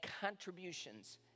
contributions